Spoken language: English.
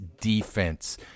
defense